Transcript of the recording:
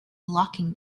locking